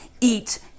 eat